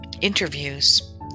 interviews